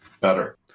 better